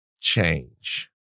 change